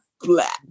Black